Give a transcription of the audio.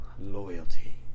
Loyalty